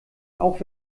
auch